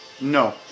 No